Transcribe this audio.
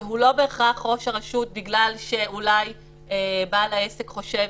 שהוא לא בהכרח ראש הרשות בגלל שאולי בעל העסק חושב